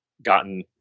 gotten